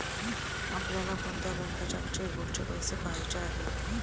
आपल्याला कोणत्या बँकेच्या चेकबुकचे पैसे पहायचे आहे?